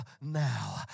now